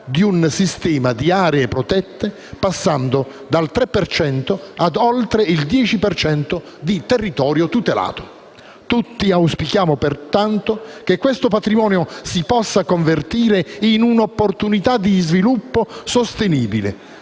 di un sistema di aree protette, passando dal 3 per cento ad oltre il 10 per cento di territorio tutelato. Tutti auspichiamo pertanto che questo patrimonio si possa convertire in un'opportunità di sviluppo sostenibile,